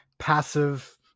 passive